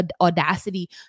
audacity